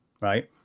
right